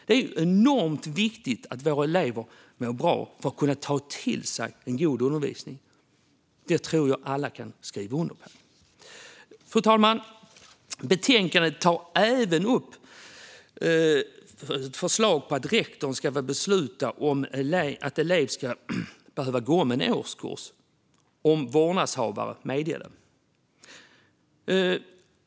Det är enormt viktigt att våra elever mår bra för att kunna ta till sig en god undervisning. Det tror jag att alla kan skriva under på. Fru talman! Betänkandet tar även upp ett förslag om att rektorn ska få besluta om att en elev ska behöva gå om en årskurs om vårdnadshavarna medger det.